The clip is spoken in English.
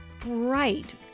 bright